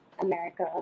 America